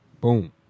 boom